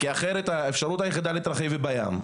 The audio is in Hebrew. אחרת האפשרות היחידה להתרחב היא בים.